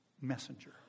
messenger